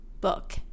book